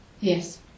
Yes